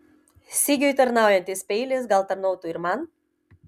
sigiui tarnaujantis peilis gal tarnautų ir man